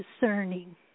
discerning